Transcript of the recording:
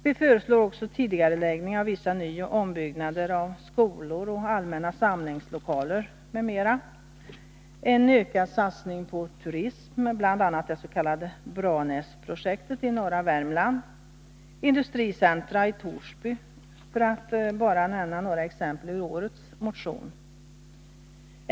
Vi föreslår också tidigareläggning av vissa nyoch ombyggnader av skolor och allmänna samlingslokaler m.m., en ökad satsning på turism, bl.a. det s.k. Branäsprojektet i norra Värmland, industricentra i Torsby — för att bara nämna några exempel ur årets motion.